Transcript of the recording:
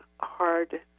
hard